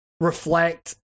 reflect